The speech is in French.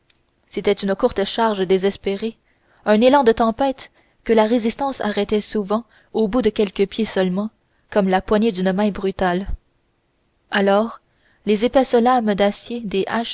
c'était une courte charge désespérée un élan de tempête que la résistance arrêtait souvent au bout de quelques pieds seulement comme la poigne d'une main brutale alors les épaisses lames d'acier des